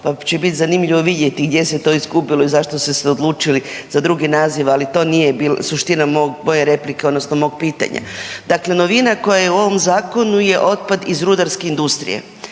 pa će biti zanimljivo vidjeti gdje se to izgubilo i zašto ste se odlučili za drugi naziv, ali to nije bilo suština moje replike odnosno mog pitanja. Dakle, novina koja je u ovom zakonu je otpad iz rudarske industrije.